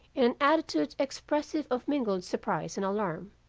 an attitude expressive of mingled surprise and alarm.